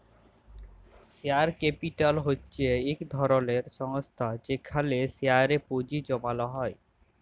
share capital হছে ইক ধরলের সংস্থা যেখালে শেয়ারে পুঁজি জ্যমালো হ্যয়